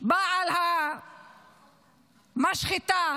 בעל המשחטה